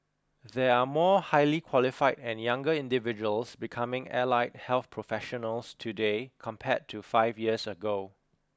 there are more highly qualified and younger individuals becoming allied health professionals today compared to five years ago